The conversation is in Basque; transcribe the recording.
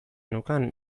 neukan